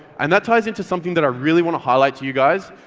and that ties into something that i really want to highlight to you guys.